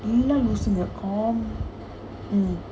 எல்லாம் வந்துச்சுங்க:ellaam vanthuchunga mm